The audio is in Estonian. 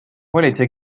politsei